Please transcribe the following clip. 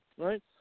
Right